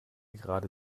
gerade